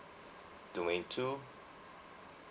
domain two